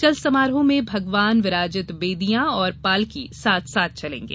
चल समारोह में भगवान विराजित बेदिया और पालकी साथ साथ चलेंगे